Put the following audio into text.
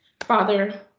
Father